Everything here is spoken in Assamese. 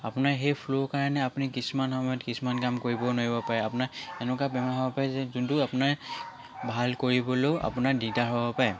আপোনাৰ সেই ফ্লোৰ কাৰণে আপুনি কিছুমান সময়ত কিছুমান কাম কৰিব নোৱাৰিব পাৰে আপোনাৰ এনেকুৱা বেমাৰ হ'ব পাৰে যে যোনটো আপোনাৰ ভাল কৰিবলৈও আপোনাৰ দিগদাৰ হ'ব পাৰে